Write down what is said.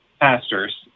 pastors